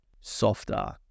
softer